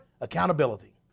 accountability